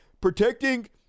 protecting